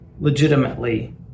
legitimately